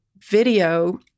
video